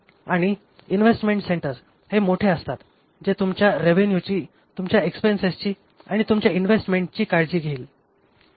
आणि investment centres हे मोठे असतात जे तुमच्या रेवेन्युची तुमच्या एक्स्पेन्सेसची आणि तुमच्या इन्व्हेस्टमेंटची काळजी घेईल